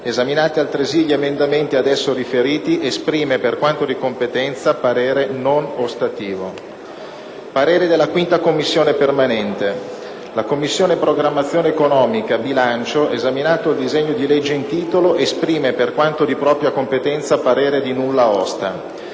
Esaminati altresì gli emendamenti ad esso riferiti esprime, per quanto di competenza, parere non ostativo». «La Commissione programmazione economica, bilancio, esaminato il disegno di legge in titolo, esprime, per quanto di propria competenza, parere di nulla osta.